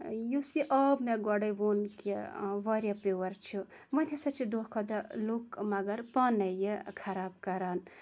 یُس یہِ آب مےٚ گۄڈے ووٚن کہِ واریاہ پیور چھُ وۄنۍ ہَسا چھ دۄہ کھوٚت دۄہ لُکھ مَگَر پانے یہِ خَراب کَران